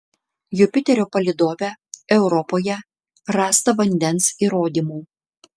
jupiterio palydove europoje rasta vandens įrodymų